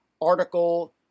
Article